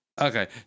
Okay